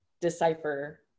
decipher